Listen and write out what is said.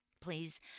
Please